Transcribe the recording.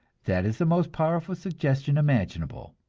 that is the most powerful suggestion imaginable,